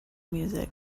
music